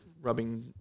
rubbing